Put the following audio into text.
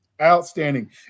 outstanding